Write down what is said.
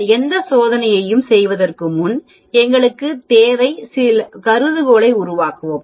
நீங்கள் எந்த சோதனையையும் செய்வதற்கு முன் எங்களுக்குத் தேவை கருதுகோளை உருவாக்கவும்